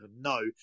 no